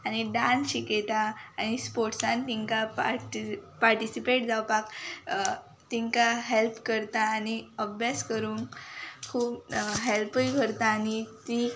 आनी डान्स शिकयता आनी स्पोर्ट्सान तेंकां पार्ट पार्टिसीपेट जावपाक तेंकां हेल्प करता आनी अभ्यास करूंक खूब हेल्पूय करता आनी तीं